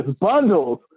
bundles